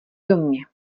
domě